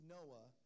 Noah